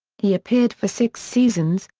he appeared for six seasons,